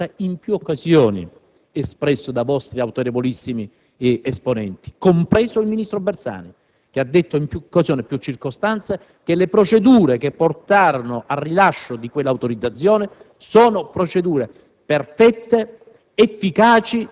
ma anche perché quella legittimità è stata in più occasioni espressa da vostri autorevolissimi esponenti, compreso il ministro Bersani. In più circostanze, egli ha infatti sostenuto che le procedure che portarono al rilascio di quell'autorizzazione sono perfette,